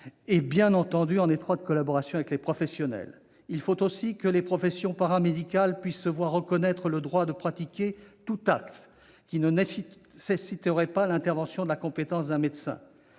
bien entendu en étroite collaboration avec les professionnels. Il faut aussi que les professions paramédicales puissent se voir reconnaître le droit de pratiquer tout acte qui ne nécessiterait pas l'intervention et la compétence d'un médecin.